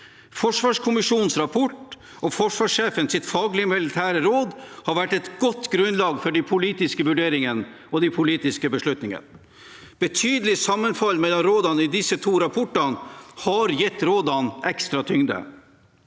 Forsvarskommisjonens rapport og forsvarssjefens fagmilitære råd har vært et godt grunnlag for de politiske vurderingene og de politiske beslutningene. Et betydelig sammenfall mellom rådene i disse to rapportene har gitt rådene ekstra tyngde.